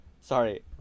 Sorry